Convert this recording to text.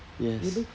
yes